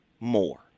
more